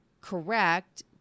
correct